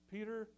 Peter